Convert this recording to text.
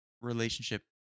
relationship